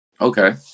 Okay